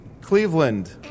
Cleveland